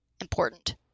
important